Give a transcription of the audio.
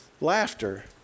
Laughter